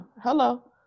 Hello